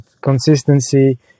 consistency